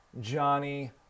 Johnny